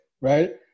right